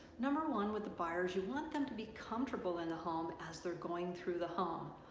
number one with the buyers you want them to be comfortable in the home as they're going through the home.